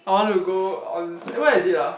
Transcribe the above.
I want to go ons~ eh where is it ah